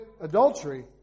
adultery